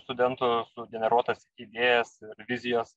studentų sugeneruotas idėjas ir vizijas